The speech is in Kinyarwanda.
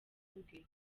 ubwe